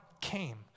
came